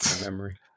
memory